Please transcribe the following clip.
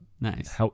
nice